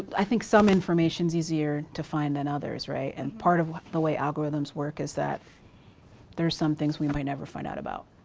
i think some information's easier to find than others, right? and part of the way algorithms work is that there are some things we might never find out about.